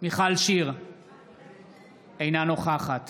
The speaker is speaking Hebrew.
אינה נוכחת